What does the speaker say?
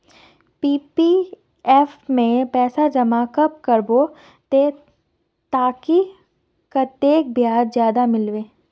PPF में पैसा जमा कब करबो ते ताकि कतेक ब्याज ज्यादा मिलबे?